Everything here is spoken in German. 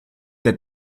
der